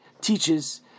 teaches